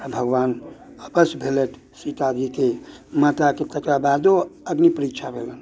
आ भगवान आपस भेलथि सीताजीके माताके तकरा बादो अग्नि परिक्षा भेलनि